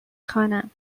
خوانم